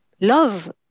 Love